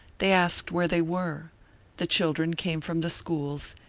they asked where they were the children came from the schools,